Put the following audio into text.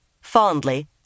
Fondly